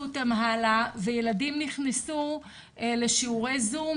אותם הלאה וילדים נכנסו לשיעורי זום,